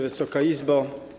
Wysoka Izbo!